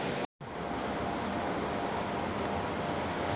chitosan ढेर खईला से पेट खराब हो जाला